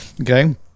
okay